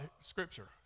Scripture